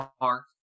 Park